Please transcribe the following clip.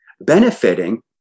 benefiting